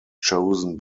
chosen